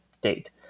date